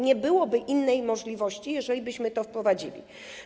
Nie byłoby innej możliwości, jeżeli byśmy to wprowadzili.